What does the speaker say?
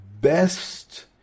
best